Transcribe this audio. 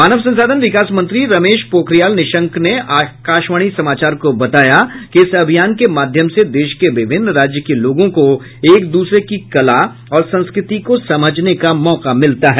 मानव संसाधन विकास मंत्री रमेश पोखरियाल निशंक ने आकाशवाणी समाचार को बताया कि इस अभियान के माध्यम से देश के विभिन्न राज्य के लोगों को एक दूसरे की कला और संस्कृति को समझने का मौका मिलता है